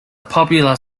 popular